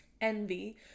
envy